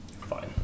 Fine